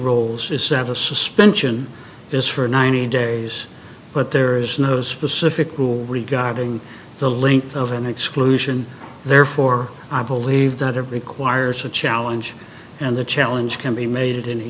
rolls is several suspects and is for ninety days but there is no specific rule regarding the length of an exclusion therefore i believe that it requires a challenge and the challenge can be made at any